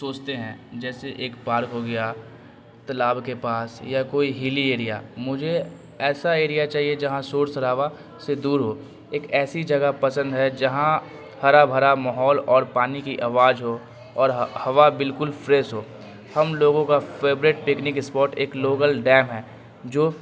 سوچتے ہیں جیسے ایک پارک ہو گیا تالاب کے پاس یا کوئی ہلی ایریا مجھے ایسا ایریا چاہیے جہاں شور شرابا سے دور ہو ایک ایسی جگہ پسند ہے جہاں ہرا بھرا ماحول اور پانی کی آواز ہو اور ہوا بالکل فریش ہو ہم لوگوں کا فیورٹ پکنک اسپاٹ ایک لوکل ڈیم ہے جو